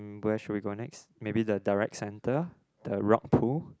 where should we go next maybe the direct centre the rock pool